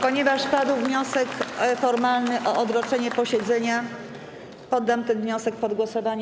Ponieważ padł wniosek formalny o odroczenie posiedzenia, poddam ten wniosek pod głosowanie.